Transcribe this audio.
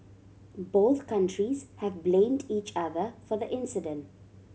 both countries have blamed each other for the incident